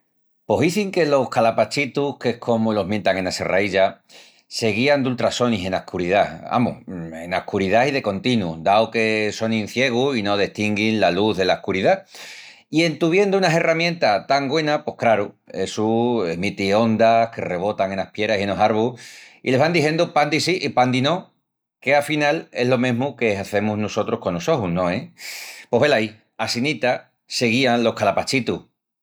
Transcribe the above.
Pos izin que los calapachitus, que es comu los mientan ena Serraílla, se guían d'ultrasonis ena escuridá, amus, ena escuridá i de continu, dau que sonin ciegus i no destinguin la lus dela escuridá. I en tuviendu una herramienta tan güena pos craru, essu emiti ondas que rebotan enas pieras i enos arvus i les van dixendu pándi sí i pándi no, que a final es lo mesmu que hazemus nusotrus conos ojus, no es? Pos velaí, assinita se guían los calapachitus!